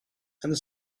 the